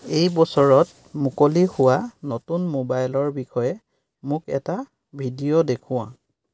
এই বছৰত মুকলি হোৱা নতুন মোবাইলৰ বিষয়ে মোক এটা ভিডিঅ' দেখুওৱা